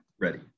ready